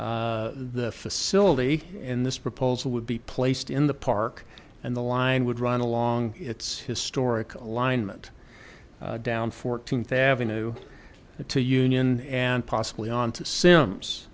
park the facility in this proposal would be placed in the park and the line would run along its historic alignment down fourteenth avenue to union and possibly on to sim